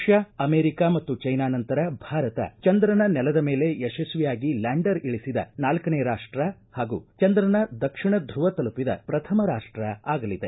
Russia America ಮತ್ತು China ನಂತರ ಭಾರತ ಚಂದ್ರನ ನೆಲದ ಮೇಲೆ ಯಶಸ್ವಿಯಾಗಿ ಲ್ಯಾಂಡರ್ ಇಳಿಸಿದ ನಾಲ್ಕನೇ ರಾಷ್ಟ ಹಾಗೂ ಚಂದ್ರನ ದಕ್ಷಿಣ ಧುವ ತಲುಪಿದ ಪ್ರಥಮ ರಾಷ್ಟ ಆಗಲಿದೆ